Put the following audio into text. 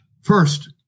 First